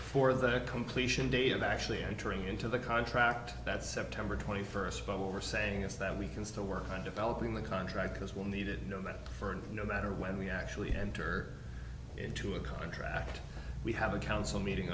for the completion date of actually entering into the contract that september twenty first but what we're saying is that we can still work on developing the contract because we'll need it no matter for and no matter when we actually enter into a contract we have a council meeting